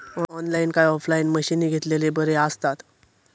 Online काय offline मशीनी घेतलेले बरे आसतात?